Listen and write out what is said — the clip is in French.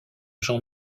jean